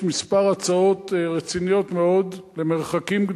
יש כמה הצעות רציניות מאוד למרחקים גדולים,